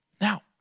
Now